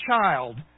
child